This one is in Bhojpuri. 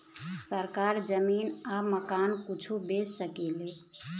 सरकार जमीन आ मकान कुछो बेच सके ले